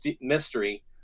mystery